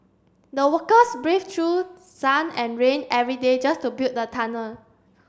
the workers braved through sun and rain every day just to build the tunnel